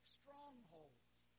strongholds